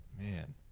Man